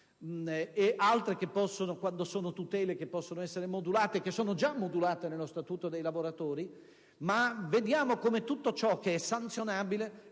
essere modulate quando sono tutele che possono esserlo, che sono già modulate nello Statuto dei lavoratori, ma vediamo come tutto ciò che è sanzionabile